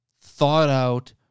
thought-out